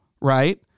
right